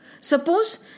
Suppose